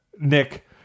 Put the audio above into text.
Nick